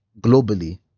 globally